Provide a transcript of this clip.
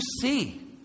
see